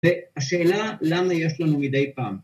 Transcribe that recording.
‫והשאלה, למה יש לנו מדי פעם?